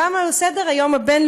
והוא גם על סדר-היום הבין-לאומי.